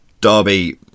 Derby